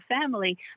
family